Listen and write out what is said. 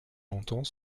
longtemps